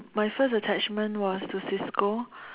my first attachment was to cisco